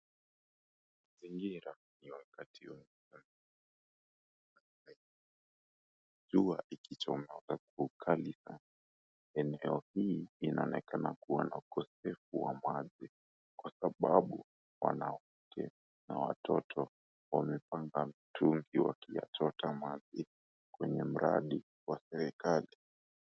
Mazingira ya wakati wa mchana jua ikichomoza kwa ukali eneo hili linaonekana kuwa na ukosefu wa maji kwa sababu wanateka na wa watoto wamepanga mtungi wakiayachota maji kwenye mradi wa serekali.